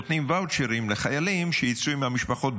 נותנים ואוצ'רים לחיילים שייצאו עם המשפחות,